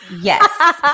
Yes